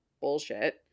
bullshit